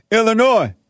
Illinois